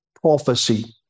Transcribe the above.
prophecy